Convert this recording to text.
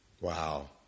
Wow